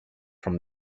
from